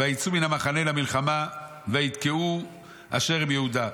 ויצאו מן המחנה למלחמה ויתקעו אשר עם יהודה.